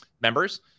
members